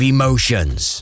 emotions